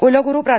कुलगुरू प्रा